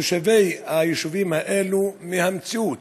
תושבי היישובים האלה, מהמציאות.